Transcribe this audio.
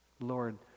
Lord